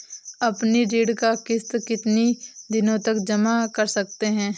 अपनी ऋण का किश्त कितनी दिनों तक जमा कर सकते हैं?